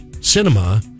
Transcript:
cinema